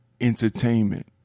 entertainment